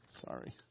sorry